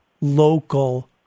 local